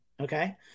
okay